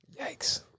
Yikes